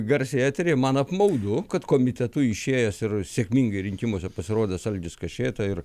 garsiai eteryje man apmaudu kad komitetu išėjęs ir sėkmingai rinkimuose pasirodęs algis kašėta ir